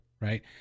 right